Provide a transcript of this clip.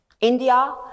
India